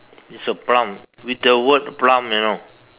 it's a plum with the word plum you know